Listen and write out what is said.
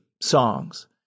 songs